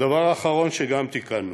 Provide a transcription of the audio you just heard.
הדבר האחרון שגם תיקנו